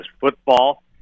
football